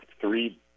three